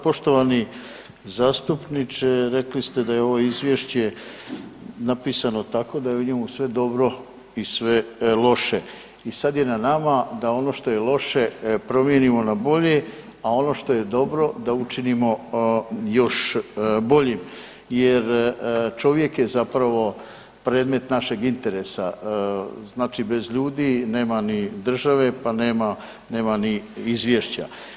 Poštovani zastupniče, rekli ste da je ovo izvješće napisano tako da je u njemu sve dobro i sve loše i sada je na nama da ono što je loše promijenimo na bolje, a ono što je dobro da učinimo još boljim jer čovjek je zapravo predmet našeg interesa, znači bez ljudi nema ni države pa nema ni izvješća.